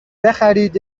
بخرید